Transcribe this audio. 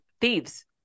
thieves